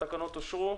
התקנות אושרו.